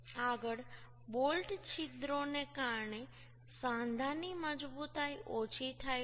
આગળ બોલ્ટ છિદ્રોને કારણે સાંધાની મજબૂતાઈ ઓછી થાય છે